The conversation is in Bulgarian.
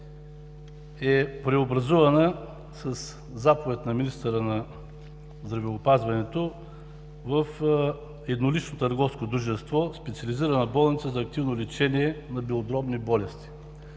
е преобразувана със заповед на министъра на здравеопазването в еднолично търговско дружество „Специализирана болница за активно лечение на белодробни болести“.